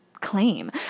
Claim